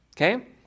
Okay